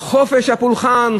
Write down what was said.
חופש הפולחן,